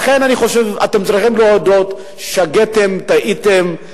לכן אני חושב שאתם צריכים להודות ששגיתם, טעיתם.